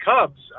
Cubs